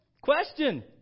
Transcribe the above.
Question